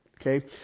Okay